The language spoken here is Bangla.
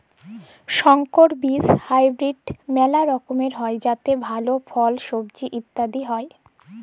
সংকর বীজ হাইব্রিড মেলা রকমের হ্যয় যাতে ভাল ফল, সবজি ইত্যাদি হ্য়য়